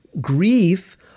grief